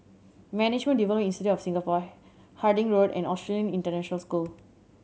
Management Development Institute of Singapore Harding Road and Australian International School